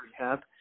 rehab